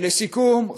ולסיכום,